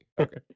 Okay